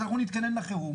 אז אנחנו נתכונן לחירום